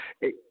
Hey